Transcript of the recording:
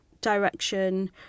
direction